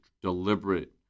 deliberate